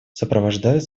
сопровождают